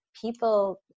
people